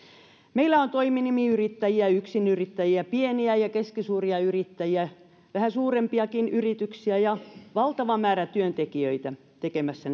meillä on toiminimiyrittäjiä yksinyrittäjiä pieniä ja keskisuuria yrittäjiä vähän suurempiakin yrityksiä ja valtava määrä työntekijöitä tekemässä